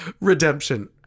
redemption